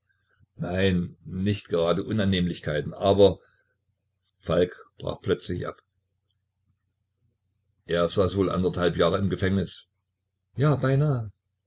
nein nicht gerade unannehmlichkeiten aber falk brach plötzlich ab er saß wohl anderthalb jahre im gefängnis ja beinahe